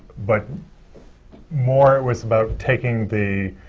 but more was about taking the